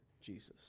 Jesus